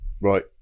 Right